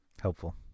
helpful